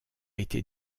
été